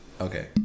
Okay